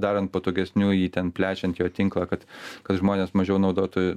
darant patogesnių jį ten plečiant jo tinklą kad kad žmonės mažiau naudotų